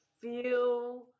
feel